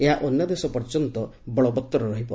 ଏହା ଅନ୍ୟାଦେଶ ପର୍ଯ୍ୟନ୍ତ ବଳବଉର ରହିବ